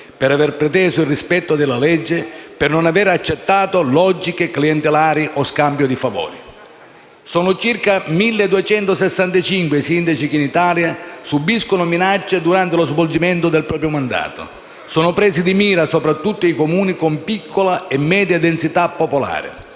per aver preteso il rispetto della legge, per non aver accettato logiche clientelari o scambio di favori. Sono circa 1.265 i sindaci che in Italia subiscono minacce durante lo svolgimento del proprio mandato. Sono presi di mira soprattutto i Comuni con piccola e media densità popolare.